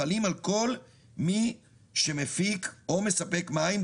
חלים על כל מי שמפיק או מספק מים,